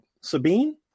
Sabine